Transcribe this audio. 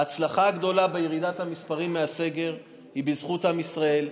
ההצלחה הגדולה בירידת המספרים מהסגר היא בזכות עם ישראל,